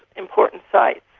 important sites.